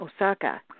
Osaka